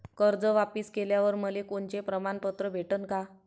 कर्ज वापिस केल्यावर मले कोनचे प्रमाणपत्र भेटन का?